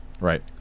right